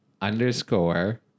underscore